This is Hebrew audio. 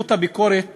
נציבת הביקורת